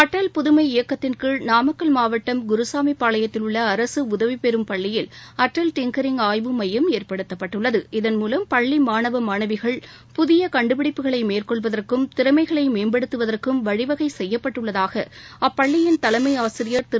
அட்டல் புதுமை இயக்கத்தின் கீழ் நாமக்கல் மாவட்டம் குருசாமி பாளையத்தில் உள்ள அரசு உதவிப்பெறும் பள்ளியில் அட்டல் டிங்கிங் ஆய்வு மையம் ஏற்படுத்தப்பட்டுள்ளது இதன் மூலம் பள்ளி மாணவ மாணவிகள் புதிய கண்டுபிடிப்புகளை மேற்கொள்வதற்கும் திறமைகளை மேம்படுத்துவதற்கும் வழிவகை செய்யப்பட்டுள்ளதாக அப்பள்ளியின் தலைமையாசிரியர் திரு